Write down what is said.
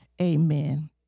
Amen